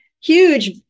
huge